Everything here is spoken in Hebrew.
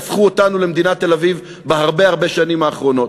הפכו אותנו למדינת תל-אביב בהרבה הרבה השנים האחרונות.